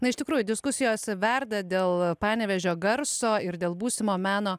na iš tikrųjų diskusijos verda dėl panevėžio garso ir dėl būsimo meno